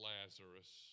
Lazarus